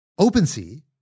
OpenSea